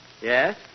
Yes